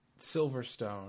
Silverstone